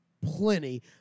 plenty